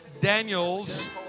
Daniels